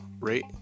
rate